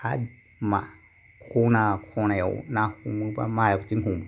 आर मा खना खनायाव ना हमोबा माजों हमो